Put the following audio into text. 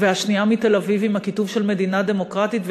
והשנייה מתל-אביב עם הכיתוב של מדינה דמוקרטית,